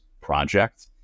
project